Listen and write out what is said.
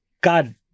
God